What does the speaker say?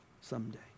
someday